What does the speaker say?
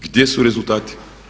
Gdje su rezultati?